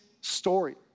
story